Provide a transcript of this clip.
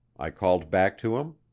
i called back to him.